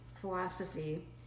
philosophy